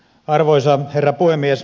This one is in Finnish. arvoisa herra puhemies